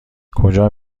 کجا